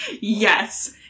Yes